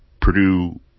Purdue